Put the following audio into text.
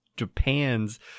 Japan's